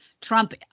Trump